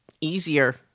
easier